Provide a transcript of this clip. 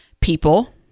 People